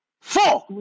four